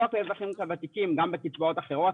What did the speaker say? לא רק לאזרחים ותיקים גם בקצבאות אחרות,